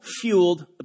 fueled